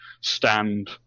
stand